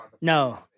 No